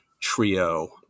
trio